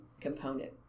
component